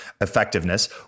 effectiveness